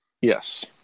Yes